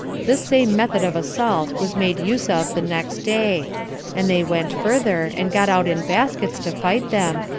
the same method of assault was made use of the next day and they went further, and got out in baskets to fight them,